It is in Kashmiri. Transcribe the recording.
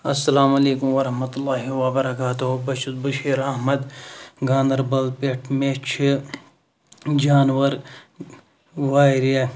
اَسلام علیکُم وَرَحمَتُہ اللہِ وَبَرَکاتُہ بہٕ چھُس بشیٖر اَحمَد گاندَربَل پیٚٹھ مےٚ چھِ جانوَر واریاہ